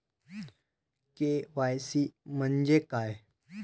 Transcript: KYC म्हंजे काय?